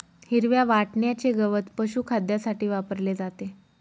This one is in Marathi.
हिरव्या वाटण्याचे गवत पशुखाद्यासाठी वापरले जाते